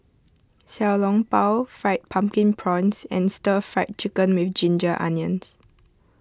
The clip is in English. Xiao Long Bao Fried Pumpkin Prawns and Stir Fried Chicken with Ginger Onions